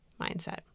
mindset